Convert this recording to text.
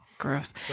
Gross